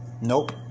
Nope